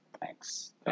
Thanks